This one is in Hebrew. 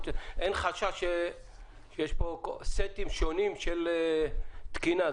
אין חשש שיהיו פה סטים שונים של תקינה?